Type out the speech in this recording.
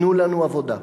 תנו לנו עבודה.